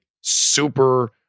super